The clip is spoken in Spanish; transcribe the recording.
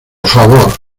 favor